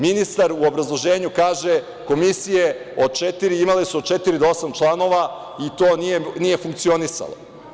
Ministar u obrazloženju kaže – komisije od četiri, imale su od četiri do osam članova, i to nije funkcionisalo.